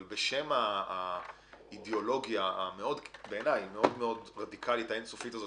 בשם האידיאולוגיה הרדיקלית והאין-סופית הזאת